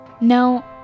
No